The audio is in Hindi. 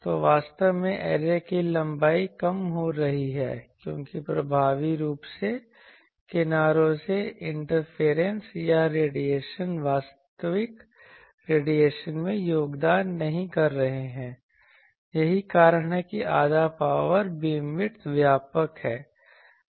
तो वास्तव में ऐरे की लंबाई कम हो रही है क्योंकि प्रभावी रूप से किनारों से इंटरफेयरेनस या रेडिएशन वास्तविक रेडिएशन में योगदान नहीं कर रहे हैं यही कारण है कि आधा पावर बीमविड्थ व्यापक है